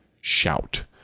shout